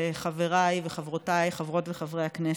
ולחברי וחברותיי חברות וחברי הכנסת: